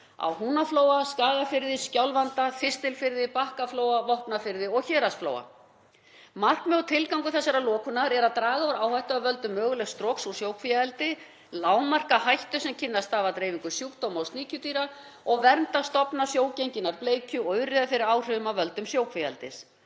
á Húnaflóa, Skagafirði, Skjálfanda, Þistilfirði, Bakkaflóa, Vopnafirði og Héraðsflóa. Markmið og tilgangur þessarar lokunar er að draga úr áhættu af völdum mögulegs stroks úr sjókvíaeldi, lágmarka hættu sem kynni að stafa af dreifingu sjúkdóma og sníkjudýra og vernda stofna sjógenginnar bleikju og urriða fyrir áhrifum af völdum sjókvíaeldis.